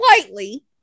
Slightly